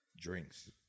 drinks